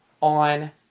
on